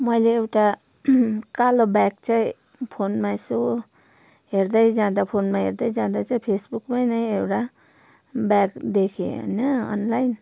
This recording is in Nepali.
मैले एउटा कालो ब्याग चाहिँ फोनमा यसो हेर्दै जाँदा फोनमा हेर्दै जाँदा चाहिँ फेसबुकमै नै चाहिँ एउटा ब्याग देखेँ होइन अनलाइन